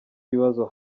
ibibazo